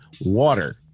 water